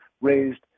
raised